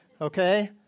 Okay